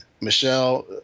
Michelle